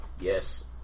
Yes